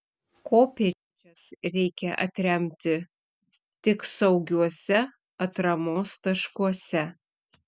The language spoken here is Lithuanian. kopėčias reikia atremti tik saugiuose atramos taškuose